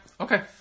okay